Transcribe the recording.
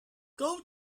code